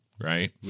right